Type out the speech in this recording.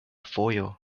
fojo